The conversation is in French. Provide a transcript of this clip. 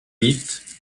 mythes